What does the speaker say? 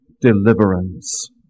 deliverance